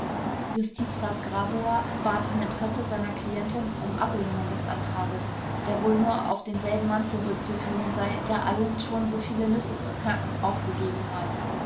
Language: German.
justizrat grabower bat im interesse seiner klientin um ablehnung des antrages der wohl nur auf denselben mann zurückzuführen sei der allen schon so viele nüsse zu knacken aufgegeben habe